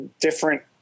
different